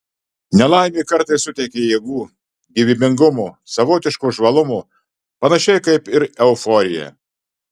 nelaimė kartais suteikia jėgų gyvybingumo savotiško žvalumo panašiai kaip ir euforija